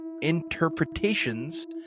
interpretations